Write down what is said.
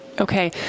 Okay